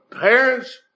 parents